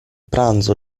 pranzo